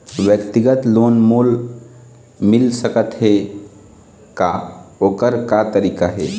व्यक्तिगत लोन मोल मिल सकत हे का, ओकर का तरीका हे?